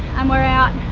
um we're out.